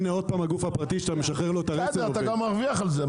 הנה שוב הגוף הפרטי שאתה משחרר לו- -- אתה גם מרוויח על זה.